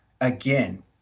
again